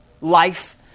life